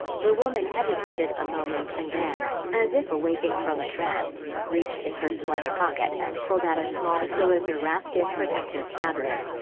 the woman hesitated a moment and then, as if awaking from a trance, reached in her sweater pocket and pulled out a small cylinder wrapped in protective fabric.